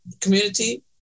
community